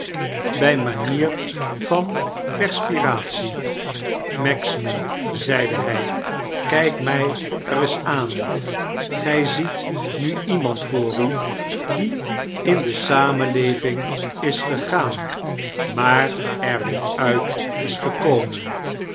by manier van perspiratie magsman zeide hy kijk my reis aan gy ziet nu iemand voor u die in de samenleving is gegaan maar er weer uit is gekomen